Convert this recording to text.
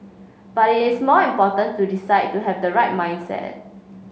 but it is more important to decide to have the right mindset